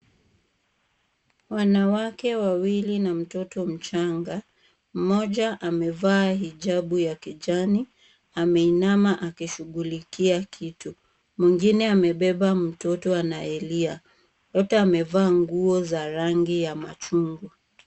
Wanawake wawili na mtoto mchanga, mmoja amevaa hijabu ya kijani, ameinama akishughulikia kitu. Mwingine amebeba mtoto anaye lia. Wote wamevaa nguo za rangi ya machungwa.